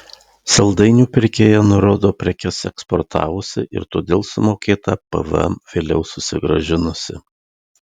saldainių pirkėja nurodo prekes eksportavusi ir todėl sumokėtą pvm vėliau susigrąžinusi